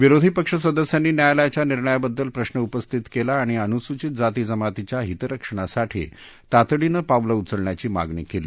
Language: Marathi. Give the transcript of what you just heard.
विरोधीपक्ष सदस्यांनी न्यायालयाच्या निर्णयाबद्दल प्रश्न उपस्थित केला आणि अनुसूचित जाती जमातीच्या हितरक्षणासाठी तातडीनं पावलं उचलण्याची मागणी केली